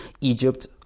Egypt